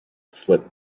slip